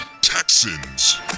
Texans